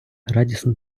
радісно